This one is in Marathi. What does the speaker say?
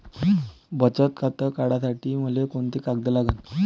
बचत खातं काढासाठी मले कोंते कागद लागन?